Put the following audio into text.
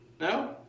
No